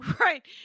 Right